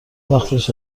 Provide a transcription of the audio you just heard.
وقتش